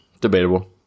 Debatable